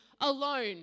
alone